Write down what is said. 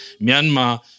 Myanmar